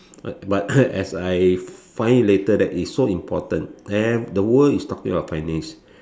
but but as I find it later that it's so important e~ the world is talking about finance